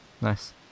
nice